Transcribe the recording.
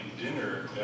dinner